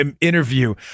interview